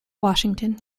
washington